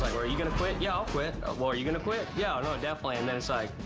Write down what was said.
like are you gonna quit? yeah, i'll quit. well, are you gonna quit? yeah, no, definitely. and then it's like,